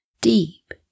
Deep